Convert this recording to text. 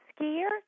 skier